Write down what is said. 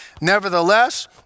Nevertheless